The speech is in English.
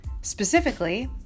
specifically